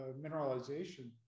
mineralization